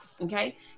Okay